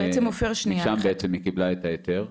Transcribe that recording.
משם היא קיבלה את ההיתר.